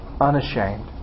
unashamed